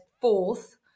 fourth